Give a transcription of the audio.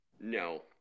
no